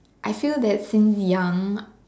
I feel that since young